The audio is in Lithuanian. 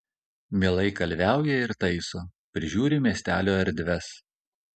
mielai kalviauja ir taiso prižiūri miestelio erdves